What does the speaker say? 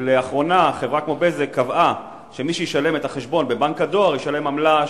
לאחרונה חברה כמו "בזק" קבעה שמי שישלם את החשבון בבנק הדואר ישלם עמלה,